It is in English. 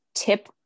tip